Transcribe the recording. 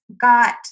got